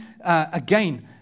again